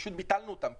פשוט ביטלנו אותם,